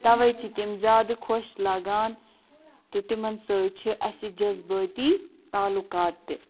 تَوَے چھِ تِم زیادٕ خۄش لَگان تہٕ تِمن سۭتۍ چھِ اَسہِ جذبٲتی طالقات تہِ